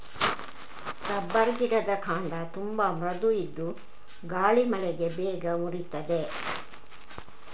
rubber ಗಿಡದ ಕಾಂಡ ತುಂಬಾ ಮೃದು ಇದ್ದು ಗಾಳಿ ಮಳೆಗೆ ಬೇಗ ಮುರೀತದೆ